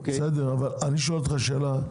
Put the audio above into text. אני שואל אותך שאלה,